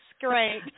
great